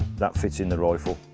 that fits in the rifle.